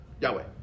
Yahweh